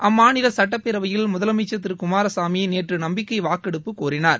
அம்மாநில சுட்டப்பேரவையில் முதலமைச்சர் திரு குமாரசாமி நேற்று நம்பிக்கை வாக்கெடுப்பு கோரினார்